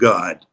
God